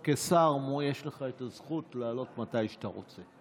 כשר, יש לך את הזכות לעלות מתי שאתה רוצה.